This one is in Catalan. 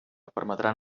permetran